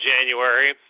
January